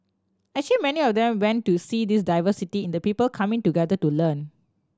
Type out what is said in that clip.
actually many of them want to see this diversity in the people coming together to learn